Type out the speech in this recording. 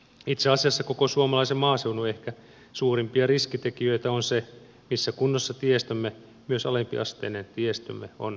itse asiassa koko suomalaisen maaseudun ehkä suurimpia riskitekijöitä on se missä kunnossa tiestömme myös alempiasteinen tiestömme on jatkossa